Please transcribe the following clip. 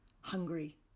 hungry